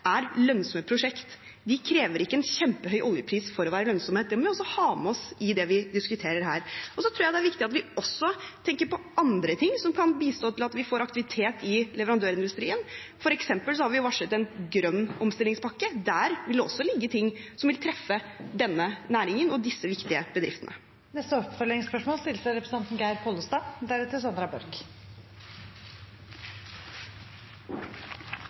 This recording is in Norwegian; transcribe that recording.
det vi diskuterer her. Så tror jeg det er viktig også å tenke på andre ting som kan bidra til at vi får aktivitet i leverandørindustrien. For eksempel har vi varslet en grønn omstillingspakke. Der vil det også ligge ting som vil treffe denne næringen og disse viktige bedriftene. Geir Pollestad – til oppfølgingsspørsmål.